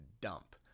dump